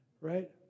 right